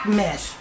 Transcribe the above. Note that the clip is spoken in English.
mess